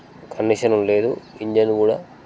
కండిషన్లో లేదు ఇంజన్ కూడా